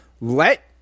Let